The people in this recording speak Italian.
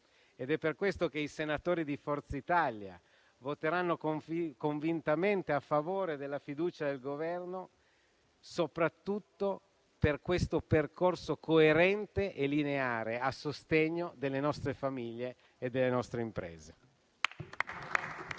ed è per questo che i senatori di Forza Italia voteranno convintamente a favore della fiducia al Governo, soprattutto per questo percorso coerente e lineare a sostegno delle nostre famiglie e delle nostre imprese.